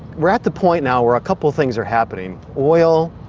we're at the point now where a couple of things are happening oil,